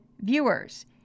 viewers